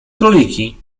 króliki